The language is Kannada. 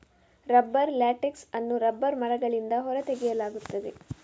ರಬ್ಬರ್ ಲ್ಯಾಟೆಕ್ಸ್ ಅನ್ನು ರಬ್ಬರ್ ಮರಗಳಿಂದ ಹೊರ ತೆಗೆಯಲಾಗುತ್ತದೆ